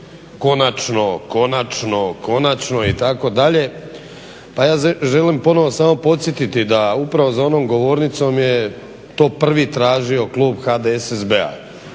konačno, konačno, konačno itd. A ja želim ponovo samo podsjetiti da upravo za onom govornicom je to prvi tražio klub HDSSB-a